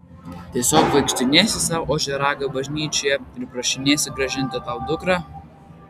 tiesiog vaikštinėsi sau ožiaragio bažnyčioje ir prašinėsi grąžinti tau dukrą